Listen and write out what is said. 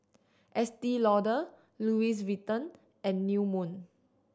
Estee Lauder Louis Vuitton and New Moon